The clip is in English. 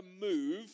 move